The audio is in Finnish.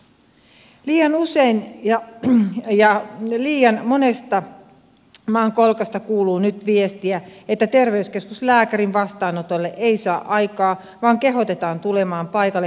liian usein ja liian monesta maankolkasta kuuluu nyt viestiä että terveyskeskuslääkärin vastaanotolle ei saa aikaa vaan kehotetaan tulemaan paikalle päivystyksen kautta